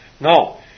No